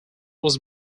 was